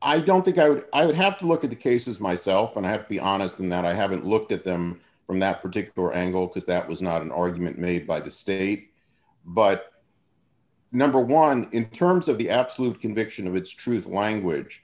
i don't think i would have to look at the cases myself and i have to be honest in that i haven't looked at them from that particular angle because that was not an argument made by the state but number one in terms of the absolute conviction of its truth language